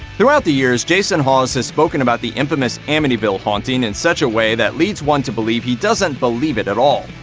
throughout the years, jason hawes has spoken about the infamous amityville haunting in such a way that leads one to believe he doesn't believe it at all.